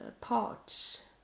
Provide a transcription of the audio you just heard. parts